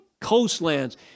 coastlands